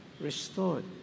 restored